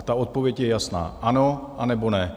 Ta odpověď je jasná: ano, anebo ne.